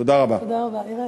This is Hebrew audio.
תודה רבה.